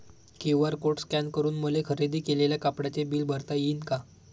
QR code scan करून मले खरेदी केलेल्या कापडाचे बिल भरता यीन का?